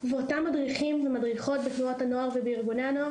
ואותם מדריכים ומדריכות בתנועת הנוער ובארגוני הנוער